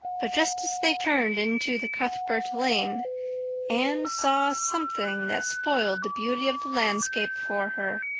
but just as they turned into the cuthbert lane anne saw something that spoiled the beauty of the landscape for her.